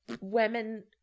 women